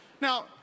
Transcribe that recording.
Now